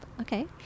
Okay